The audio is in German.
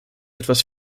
etwas